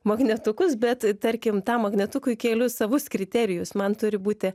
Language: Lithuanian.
magnetukus bet tarkim tą magnetukui kelius savus kriterijus man turi būti